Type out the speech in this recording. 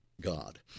God